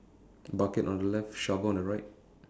bucket on the left shovel on the right